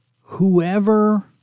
whoever